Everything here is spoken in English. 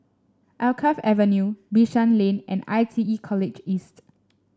Alkaff Avenue Bishan Lane and I T E College East